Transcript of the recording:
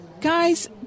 Guys